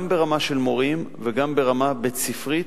גם ברמה של מורים וגם ברמה בית-ספרית,